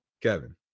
Kevin